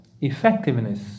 effectiveness